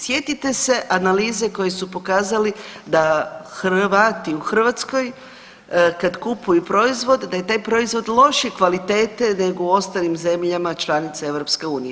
Sjetite se analize koje su pokazale da Hrvati u Hrvatskoj kad kupuju proizvod da je taj proizvod lošije kvalitete nego u ostalim zemljama članicama EU.